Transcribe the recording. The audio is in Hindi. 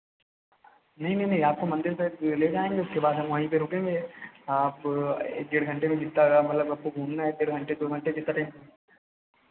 नहीं नहीं नहीं आपको मंदिर तक ले जाएँगे उसके बाद हम वहीं पे रुकेंगे आप एक डेढ़ घंटे में जितना मतलब आपको घूमना है डेढ़ घंटे दो घंटे जितना टाइम